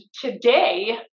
today